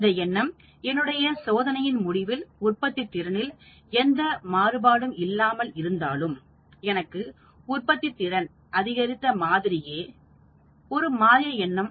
இந்த எண்ணம் என்னுடைய சோதனையில் முடிவில் உற்பத்தி திறனில் எந்த மாறுபாடும் இல்லாமல் இருந்தாலும் எனக்கு உற்பத்தித் திறன் அதிகரித்த மாதிரியே மாய எண்ணம் தோன்றும்